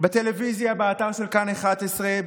בטלוויזיה באתר של כאן 11,